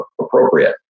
appropriate